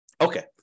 Okay